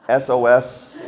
SOS